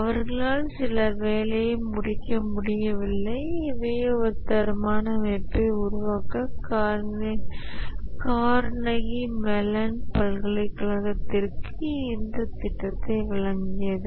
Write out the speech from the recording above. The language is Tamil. அவர்களால் சிலர் வேலையை முடிக்க முடியவில்லை இவையே ஒரு தரமான அமைப்பை உருவாக்க கார்னகி மெலன் பல்கலைக்கழகத்திற்கு இந்த திட்டத்தை வழங்கியது